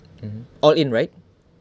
mmhmm all in right